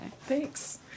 Thanks